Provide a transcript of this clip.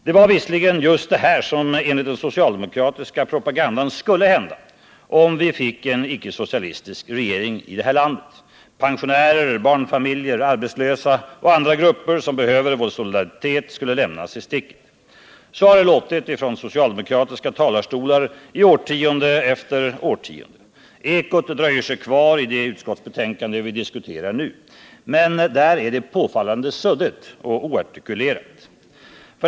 Det var visserligen just det här som enligt socialdemokratins propaganda skulle hända om vi fick en icke-sociaiistisk regering i det här landet. Pensionärer, barnfamiljer, arbetslösa och andra grupper som behöver vår solidaritet skulle lämnas i sticket. Så har det låtit från socialdemokratiska talarstolar i årtionde efter årtionde. Ekot dröjer sig kvar i det utskottsbetänkande som vi diskuterar nu. Men det är påfallande suddigt och oartikulerat.